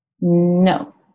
No